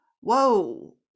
whoa